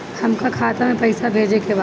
हमका खाता में पइसा भेजे के बा